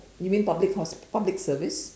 you mean public hospital public service